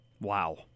wow